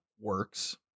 works